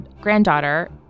granddaughter